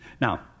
Now